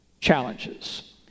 challenges